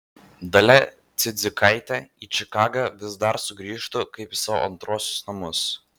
dalia cidzikaitė į čikagą vis dar sugrįžtu kaip į savo antruosius namus